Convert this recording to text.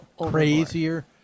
crazier